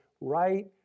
right